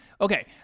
okay